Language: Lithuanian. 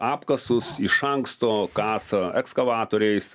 apkasus iš anksto kasa ekskavatoriais